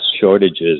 shortages